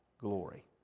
glory